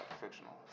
Fictional